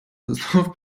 знов